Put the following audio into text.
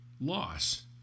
loss